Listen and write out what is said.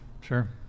sure